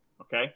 Okay